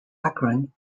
akron